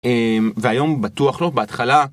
והיום בטוח לא בהתחלה.